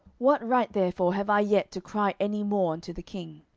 what right therefore have i yet to cry any more unto the king?